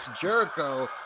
Jericho